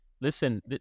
listen